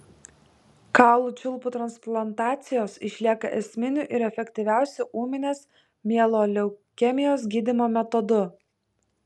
kaulų čiulpų transplantacijos išlieka esminiu ir efektyviausiu ūminės mieloleukemijos gydymo metodu